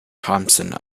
thompson